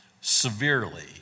severely